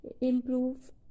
improve